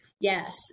Yes